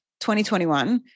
2021